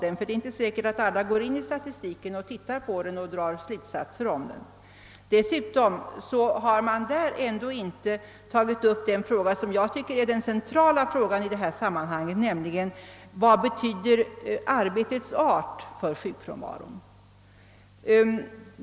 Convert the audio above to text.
Det är nämligen inte säkert att alla studerar statistiken och drar slutsatser om den. Dessutom har där inte tagits upp den fråga som Jag tycker är den centrala i sammanhanget, nämligen vilken betydelse arbetet har för sjukfrånvaron.